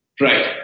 Right